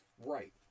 Right